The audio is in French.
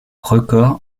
record